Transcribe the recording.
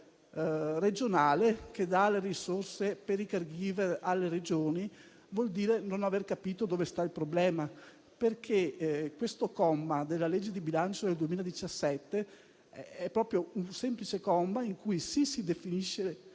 un fondo regionale che dà le risorse per i *caregiver* alle Regioni, vuol dire non aver capito dove sta il problema, perché questo comma della legge di bilancio del 2017 era proprio semplice. Con esso, sì, si definisce